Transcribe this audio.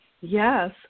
Yes